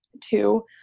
Two